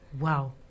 Wow